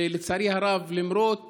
ולצערי הרב, למרות